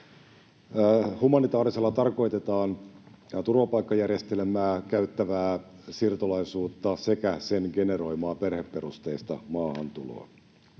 Humanitaarisella tarkoitetaan turvapaikkajärjestelmää käyttävää siirtolaisuutta sekä sen generoimaa perheperusteista maahantuloa.